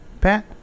Pat